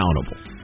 accountable